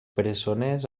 presoners